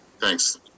Thanks